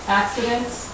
accidents